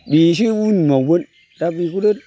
बेसो उन बावमोन दा बेखौनो